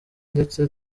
ndetse